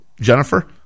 Jennifer